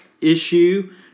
issue